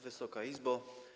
Wysoka Izbo!